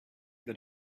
that